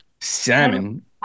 salmon